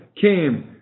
came